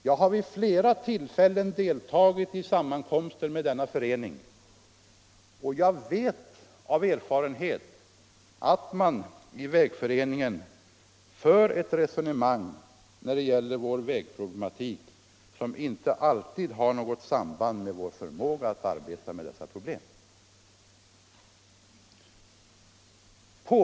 Jag har vid flera tillfällen deltagit i sammankomster med denna förening, och jag vet av erfarenhet att man i Vägföreningen för resonemang när det gäller vägproblematiken som inte alltid har något samband med vår förmåga att arbeta med dessa problem seriöst.